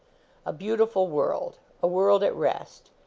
a beautiful world a world at rest.